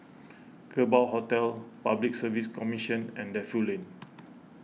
Kerbau Hotel Public Service Commission and Defu Lane